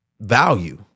value